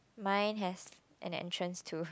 mine has an entrance to